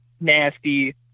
nasty